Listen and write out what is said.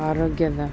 ಆರೋಗ್ಯದ